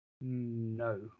No